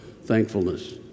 thankfulness